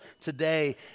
today